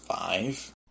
five